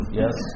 yes